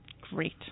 Great